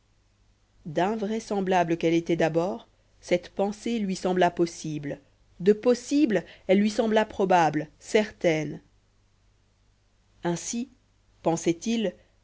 d'invraisemblable qu'elle était d'abord cette pensée lui sembla possible de possible elle lui sembla probable certaine ainsi pensait-il